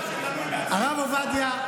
הרב עובדיה,